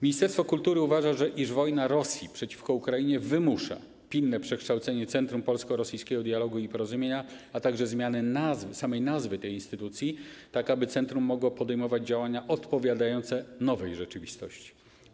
Ministerstwo kultury uważa, iż wojna Rosji przeciwko Ukrainie wymusza pilne przekształcenie Centrum Polsko-Rosyjskiego Dialogu i Porozumienia, a także zmianę samej nazwy tej instytucji, tak aby centrum mogło podejmować działania odpowiadające nowej rzeczywistości.